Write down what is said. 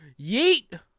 yeet